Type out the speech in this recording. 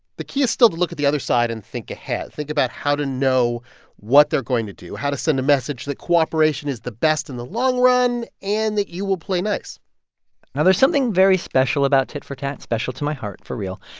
the key is still to look at the other side and think ahead, think about how to know what they're going to do, how to send a message that cooperation is the best in the long run and that you will play nice now there's something very special about tit for tat special to my heart for real.